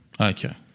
Okay